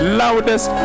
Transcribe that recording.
loudest